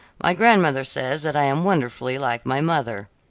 my grandmother says that i am wonderfully like my mother.